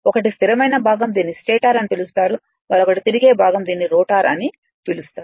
ఒకటి స్థిరమైన భాగం దీనిని స్టేటర్ అని పిలుస్తారు మరొకటి తిరిగే భాగం దీనిని రోటర్ అని పిలుస్తారు